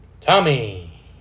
Tommy